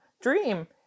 dream